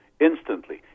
instantly